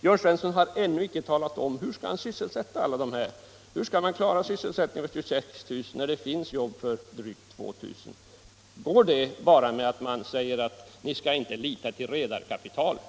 Jörn Svensson har ännu inte talat om hur han tänkt sig att alla dessa människor skall sysselsättas. Hur skall man klara sysselsättningen för 26 000, när det finns jobb för drygt 2000? Gör man det genom att bara säga: Ni skall inte lita till redarkapitalet?